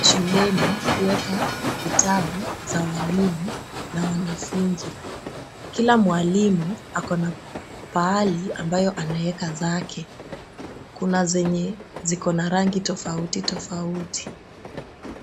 shuleni kuweka vitabu za walimu na wanafunzi .Kila mwalimu akona pahali ambayo anaweka zake. Kuna zenye ziko na rangi tofauti tofauti.